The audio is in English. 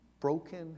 broken